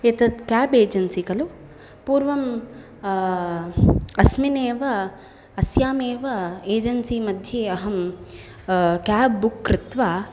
एतत् cab agency खलु पूर्वम् अस्मिन्नेव अस्यामेव एजेन्सि मध्ये अहं केब् बुक् कृत्वा